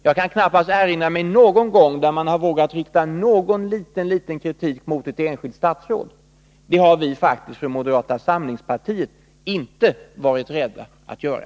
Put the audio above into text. Jag kan knappast erinra mig att man någon gång har vågat rikta någon kritik mot ett ”eget” statsråd. Det har vi från moderata samlingspartiet faktiskt inte varit rädda att göra.